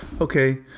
Okay